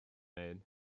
made